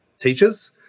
teachers